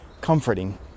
comforting